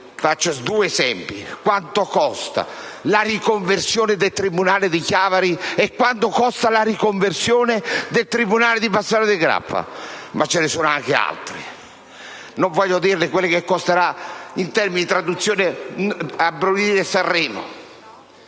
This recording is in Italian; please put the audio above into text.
faccio due esempi: quanto costa la riconversione del tribunale di Chiavari, e quanto costa la riconversione del tribunale di Bassano del Grappa? Ce ne sono però anche altri. Non voglio dire ciò che costerà in termini di traduzione abolire